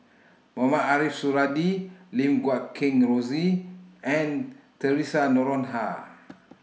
Mohamed Ariff Suradi Lim Guat Kheng Rosie and Theresa Noronha